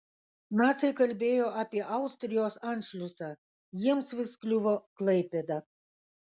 naciai kalbėjo apie austrijos anšliusą jiems vis kliuvo klaipėda